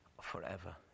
forever